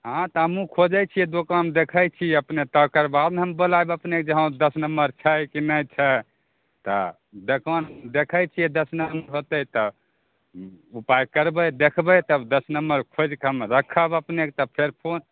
हँ तऽ हमहु खोजै छियै दोकान देखै छी अपने तकर बाद ने हम बोलैब अपनेके हँ दस नम्बर छै की नहि छै तऽ देख देखै छियै दस नम्बर होतै तऽ उपाय करबै देखबै तब दस नम्बर खोजिके हम रखबै रखब अपनेके तब फेर फोन